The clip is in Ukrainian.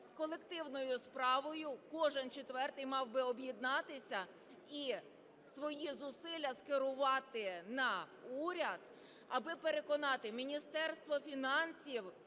колективною справою, кожен четвертий мав би об'єднатися і свої зусилля скерувати на уряд, аби переконати Міністерство фінансів